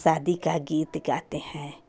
शादी का गीत गाते हैं